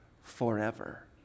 forever